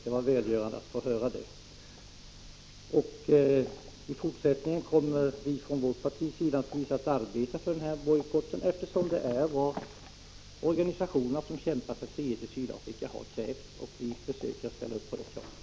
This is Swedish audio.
Det var välgörande att få höra detta. Från vårt partis sida kommer vi givetvis att arbeta för en bojkott, eftersom det är vad organisationerna som kämpar för fred i Sydafrika har krävt. Vi ställer upp för det kravet.